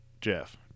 Jeff